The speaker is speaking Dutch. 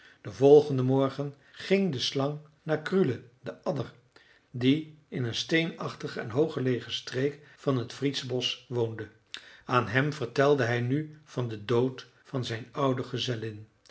den volgenden morgen ging de slang naar krule de adder die in een steenachtige en hooggelegen streek van t friedsbosch woonde aan hem vertelde hij nu van den dood van zijn oude gezellin